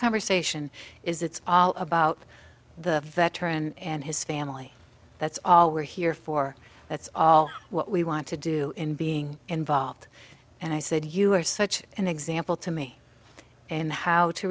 conversation is it's all about the veteran and his family that's all we're here for that's all what we want to do in being involved and i said you are such an example to me and how to